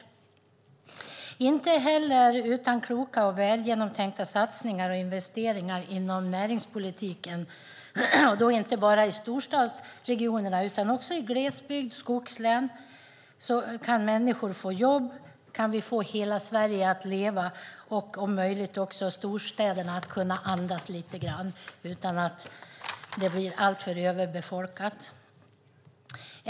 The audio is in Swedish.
Med kloka och välgenomtänkta satsningar och investeringar inom näringspolitiken, då inte bara i storstadsregionerna utan också i glesbygd och skogslän, kan människor få jobb, kan vi få hela Sverige att leva och om möjligt kan också storstäderna andas lite grann och blir inte alltför överbefolkade.